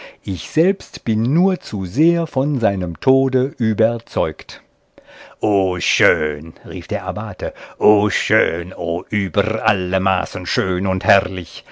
ich selbst bin nur zu sehr von seinem tode überzeugt o schön rief der abbate o schön o über alle maßen schön und herrlich